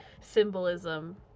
symbolism